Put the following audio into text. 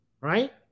right